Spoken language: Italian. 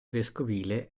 vescovile